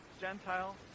Gentile